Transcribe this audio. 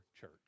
church